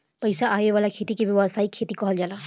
पईसा आवे वाला खेती के व्यावसायिक खेती कहल जाला